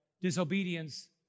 Disobedience